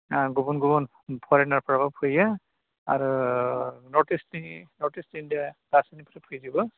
ओह गुबुन गुबुन फरेनारफ्राबो फैयो आरो नर्ट इष्टनि नर्ट इष्ट इण्डियाया गासिनिफ्राय फैजोबो